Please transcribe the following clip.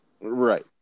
Right